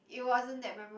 it wasn't that memorab~